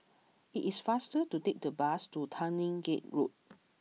it is faster to take the bus to Tanglin Gate Road